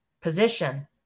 position